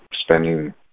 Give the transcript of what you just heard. spending